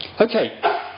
Okay